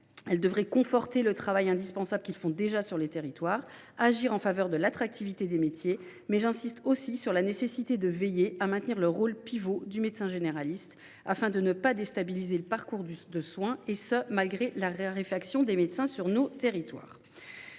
Elles devraient conforter le travail indispensable que ceux ci font déjà sur les territoires et agir en faveur de l’attractivité des métiers. Mais j’insiste sur la nécessité de veiller à maintenir le rôle pivot du médecin généraliste, afin de ne pas déstabiliser le parcours de soins, et ce malgré la raréfaction des médecins sur nos territoires.